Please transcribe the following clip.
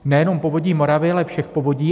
Nejenom Povodí Moravy, ale všech povodí.